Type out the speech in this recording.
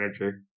Energy